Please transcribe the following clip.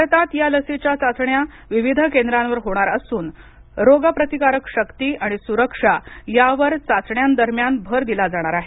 भारतात या लसीच्या चाचण्या विविध केंद्रावर होणार असून रोगप्रतिकारक शक्ती आणि सुरक्षा यावर चाचण्यांदरम्यान भर दिला जाणार आहे